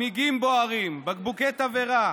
צמיגים בוערים, בקבוקי תבערה,